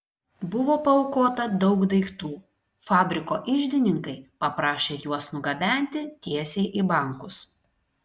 buvo paaukota daug daiktų fabriko iždininkai paprašė juos nugabenti tiesiai į bankus